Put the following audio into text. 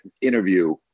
interview